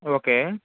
okay